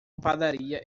padaria